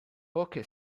poche